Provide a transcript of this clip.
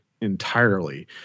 entirely